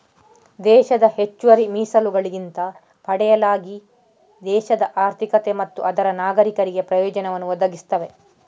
ದೇಶದ ಹೆಚ್ಚುವರಿ ಮೀಸಲುಗಳಿಂದ ಪಡೆಯಲಾಗಿ ದೇಶದ ಆರ್ಥಿಕತೆ ಮತ್ತು ಅದರ ನಾಗರೀಕರಿಗೆ ಪ್ರಯೋಜನವನ್ನು ಒದಗಿಸ್ತವೆ